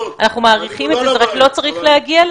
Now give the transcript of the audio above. אנחנו מעריכים את זה, זה רק לא צריך להגיע.